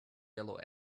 yellow